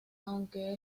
aunque